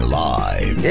live